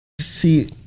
see